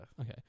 Okay